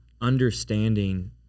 understanding